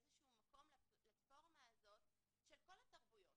איזשהו מקום לפלטפורמה הזאת של כל התרבויות,